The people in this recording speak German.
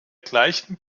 gleichen